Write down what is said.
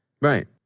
Right